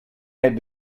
head